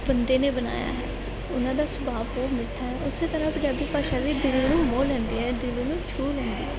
ਬੰਦੇ ਨੇ ਬਣਾਇਆ ਉਹਨਾਂ ਦਾ ਸੁਭਾਅ ਬਹੁਤ ਮਿੱਠਾ ਹੈ ਉਸੇ ਤਰ੍ਹਾਂ ਪੰਜਾਬੀ ਭਾਸ਼ਾ ਵੀ ਦਿਲ ਨੂੰ ਮੋਹ ਲੈਂਦੀ ਹੈ ਦਿਲ ਨੂੰ ਛੂਹ ਲੈਂਦੀ ਹੈ